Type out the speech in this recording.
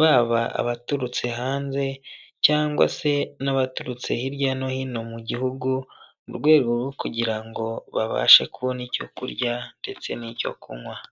baba abaturutse hanze cyangwa se n'abaturutse hirya no hino mu gihugu, mu rwego rwo kugira ngo babashe kubona icyo kurya ndetse n'icyo kunywa.